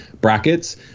brackets